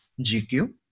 gq